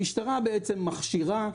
המשטרה מכשירה,